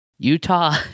Utah